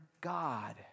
God